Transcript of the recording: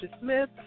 Smith